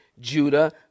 Judah